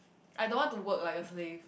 I don't want to work like a slave